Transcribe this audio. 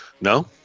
No